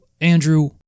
Andrew